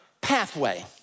pathway